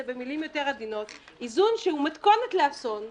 במילים יותר עדינות איזון שהוא מתכונת לאסון,